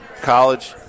college